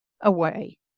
away